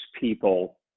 people